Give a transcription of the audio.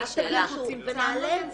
אז תגישו ונעלה את זה.